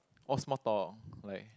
all small talk like